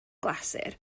glasur